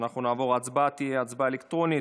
ההצבעה תהיה הצבעה אלקטרונית.